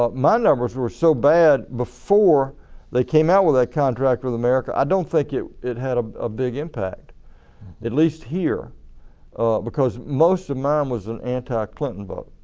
ah my numbers were so bad before they came out with that contract with america. i don't think it it had a ah big impact at least here because most of mine was an anti-clinton vote.